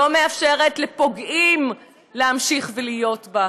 לא מאפשרת לפוגעים להמשיך להיות בה.